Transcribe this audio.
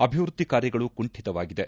ಅಭಿವೃದ್ದಿ ಕಾರ್ಯಗಳು ಕುಂಠಿತವಾಗಿದೆ